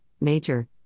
Major